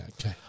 okay